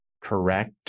correct